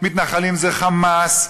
מתנחלים זה "חמאס",